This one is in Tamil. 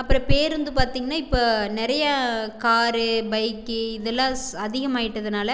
அப்புறம் பேருந்து பார்த்திங்னா இப்போ நிறையா காரு பைக்கி இதெல்லாம் அதிகமாயிட்டதினால